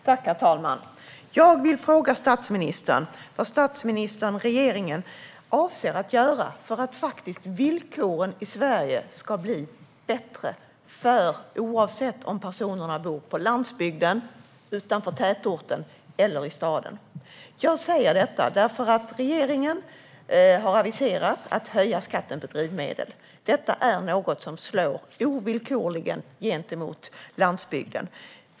Herr talman! Jag vill fråga statsministern vad han och regeringen avser att göra för att villkoren för människor i Sverige ska bli bättre oavsett om man bor på landsbygden, utanför tätorten eller i staden. Jag frågar detta eftersom regeringen har aviserat en höjning av skatten på drivmedel. Detta är något som ovillkorligen slår mot landsbygden.